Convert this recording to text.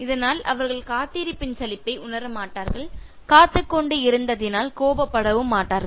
இதனால் அவர்கள் காத்திருப்பின் சலிப்பை உணரமாட்டார்கள் காத்துக்கொண்டு இருந்ததினால் கோபப்படவும் மாட்டார்கள்